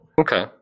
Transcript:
Okay